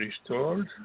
restored